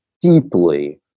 deeply